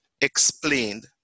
explained